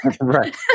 Right